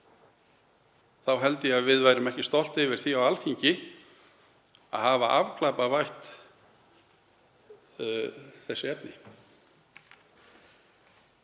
Þá held ég að við værum ekki stolt af því á Alþingi að hafa afglæpavætt þessi efni.